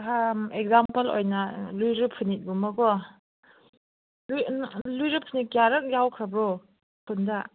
example ꯑꯣꯏꯅ ꯂꯨꯖꯔꯨꯠꯐꯨꯅꯤꯠꯀꯨꯝꯕꯀꯣ ꯂꯨꯖꯔꯨꯠꯐꯨꯅꯤꯠ ꯀꯌꯥꯔꯛ ꯌꯥꯎꯈ꯭ꯔꯕ꯭ꯔꯣ ꯈꯨꯟꯗ